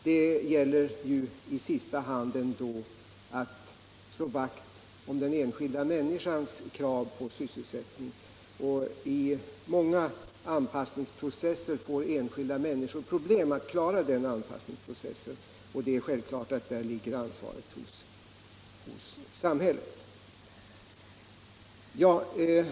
Det gäller ju i sista hand ändå att slå vakt om den enskilda människans krav på sysselsättning, och i många anpassningsprocesser uppstår problem för enskilda människor. Självfallet vilar då ett ansvar på samhället.